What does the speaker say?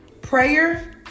prayer